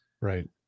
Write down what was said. right